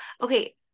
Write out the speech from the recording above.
okay